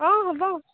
অঁ হ'ব